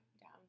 Down